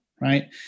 Right